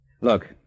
Look